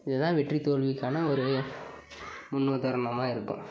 இது தான் வெற்றி தோல்விக்கான ஒரு முன் உதாரணமாக இருக்கும்